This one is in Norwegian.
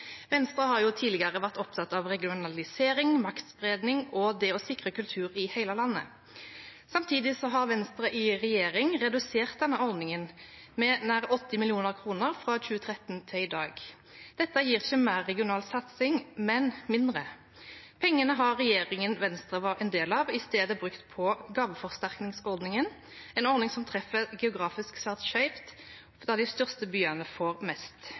Venstre har tidligere vært opptatt av regionalisering, maktspredning og det å sikre kultur i hele landet. Samtidig har Venstre i regjering redusert denne ordningen med nær 80 mill. kr fra 2013 til i dag. Dette gir ikke mer regional satsing, men mindre. Pengene har regjeringen Venstre var en del av, i stedet brukt på gaveforsterkningsordningen, en ordning som treffer geografisk svært skjevt, da de største byene får mest.